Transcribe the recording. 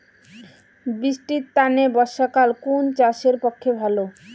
বৃষ্টির তানে বর্ষাকাল কুন চাষের পক্ষে ভালো?